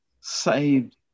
saved